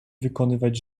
wykonywać